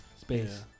space